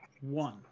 one